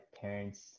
parents